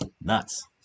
nuts